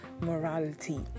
morality